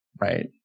Right